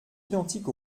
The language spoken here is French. identique